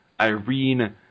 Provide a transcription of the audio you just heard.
Irene